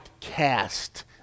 cast